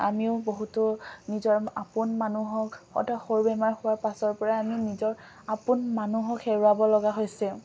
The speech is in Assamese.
আমিও বহুতো নিজৰ আপোন মানুহক সৰু বেমাৰ হোৱাৰ পাছৰ পৰা আমি নিজৰ আপোন মানুহক হেৰুৱাব লগা হৈছে